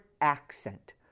accent